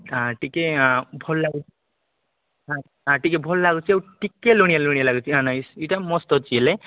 ହାଁ ଟିକେ ଭଲ ଲାଗେ ହାଁ ହାଁ ଟିକେ ଭଲ ଲାଗୁଛି ଆଉ ଟିକେ ଲୁଣିଆ ଲୁଣିଆ ଲାଗୁଛି ହାଁ ନାଇସ୍ ଏଇଟା ମସ୍ତ ଅଛି ହେଲେ